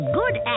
good